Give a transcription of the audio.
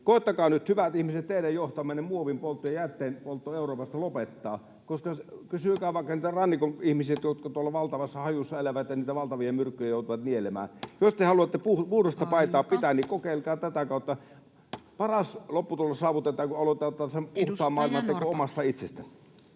koettakaa nyt, hyvät ihmiset, teidän johtamanne muovin poltto ja jätteen poltto Euroopasta lopettaa. Kysykää vaikka niiltä rannikon ihmisiltä, jotka tuolla valtavassa hajussa elävät ja niitä valtavia myrkkyjä joutuvat nielemään. Jos te haluatte puhdasta paitaa pitää, [Puhemies: Aika!] niin kokeilkaa tätä kautta. Paras lopputulos saavutetaan, kun aloitetaan sen puhtaan maailman teko omasta itsestä.